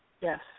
yes